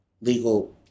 legal